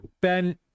Ben